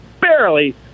barely